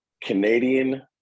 canadian